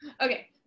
okay